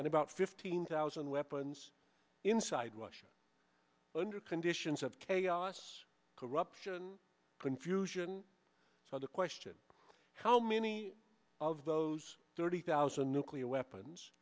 and about fifteen thousand weapons inside russia under conditions of chaos corruption confusion so the question how many of those thirty thousand nuclear weapons